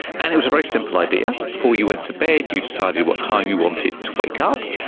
and it was a very simple idea. before you went to bed you decided what time you wanted to wake up.